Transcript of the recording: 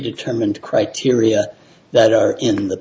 determined criteria that are in the